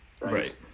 Right